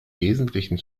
wesentlichen